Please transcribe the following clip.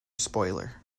spoiler